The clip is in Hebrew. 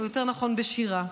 או יותר נכון בשירה: